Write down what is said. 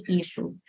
issue